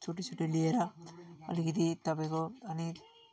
छुट्टी सुट्टी लिएर अलिकति तपाईँको अनि